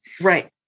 Right